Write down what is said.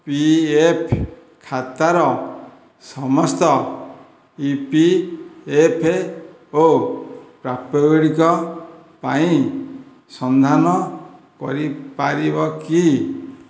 PF ଖାତାର ସମସ୍ତ EPFO ଓ ପ୍ରାପ୍ୟ ଗୁଡ଼ିକ ପାଇଁ ସନ୍ଧାନ କରିପାରିବ କି